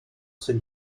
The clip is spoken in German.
sind